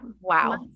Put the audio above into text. Wow